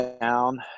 down